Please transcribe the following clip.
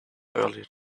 earlier